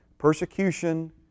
Persecution